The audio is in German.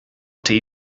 tee